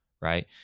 right